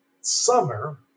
summer